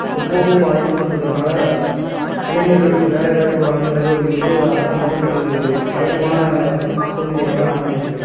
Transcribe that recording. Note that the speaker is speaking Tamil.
ரொம்பவும் பாதிக்கப்பட்டிருக்கதுனால இளைஞர்களுக்கு வேலை வாய்ப்பு வழங்குறது அப்படின்றது ஒரு அரசாங்கத்துக்கு ஒரு கடினமான சூழ்நிலையாக தான் அமைஞ்சிருக்கு